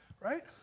right